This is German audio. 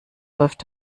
läuft